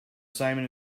simon